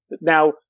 Now